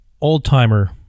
old-timer